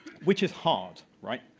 which is hard. right?